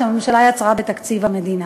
שהממשלה יצרה בתקציב המדינה.